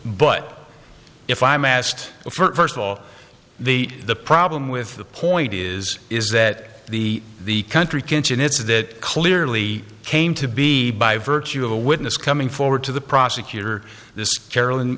but if i'm asked of her first of all the the problem with the point is is that the the country kitchen it's that clearly came to be by virtue of a witness coming forward to the prosecutor this carolyn